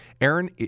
Aaron